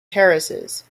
terraces